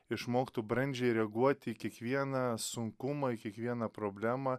išmoktų brandžiai reaguot į kiekvieną sunkumą į kiekvieną problemą